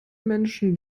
menschen